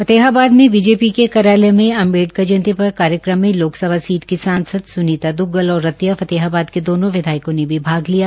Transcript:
फतेहाबाद मे बीजेपी कार्यलय में अम्बेडकर जयंती पर कार्यक्रमय में लोकसभा सीट की सांसद सुनीता द्ग्गल और रतिया फतेहाबाद के दो विधायकों ने भी भाग लिया